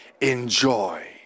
enjoy